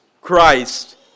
Christ